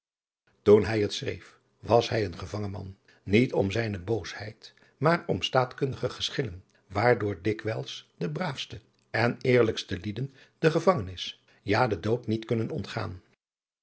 toen hij het schreef was hij een gevangen man niet om zijne boosheid maar om staatkundige geschillen waardoor dikwijls de braafste en eerlijkste lieden de gevangenis ja den dood niet kunnen ontgaan